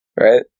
right